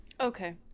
Okay